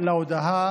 ולהודעה